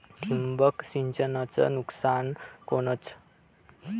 ठिबक सिंचनचं नुकसान कोनचं?